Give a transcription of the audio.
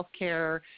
healthcare